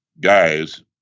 guys